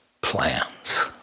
plans